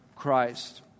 Christ